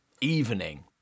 Evening